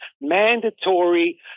mandatory